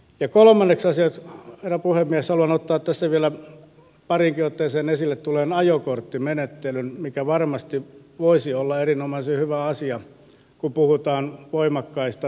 ja kolmanneksi asiaksi herra puhemies haluan ottaa tässä vielä pariinkin otteeseen esille tulleen ajokorttimenettelyn mikä varmasti voisi olla erinomaisen hyvä asia kun puhutaan voimakkaista nopeista moottoriveneistä